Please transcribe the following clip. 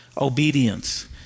Obedience